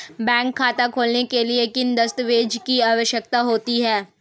Bank खाता खोलने के लिए किन दस्तावेज़ों की आवश्यकता होती है?